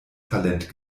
talent